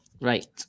Right